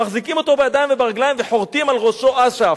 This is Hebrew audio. מחזיקים אותו בידיים וברגלים וחורטים על ראשו "אש"ף",